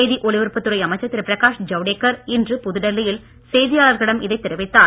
செய்தி ஒளிபரப்புத்துறை அமைச்சர் திரு பிரகாஷ் ஜவடேகர் இன்று புதுடெல்லியில் செய்தியாளர்களிடம் இதைத் தெரிவித்தார்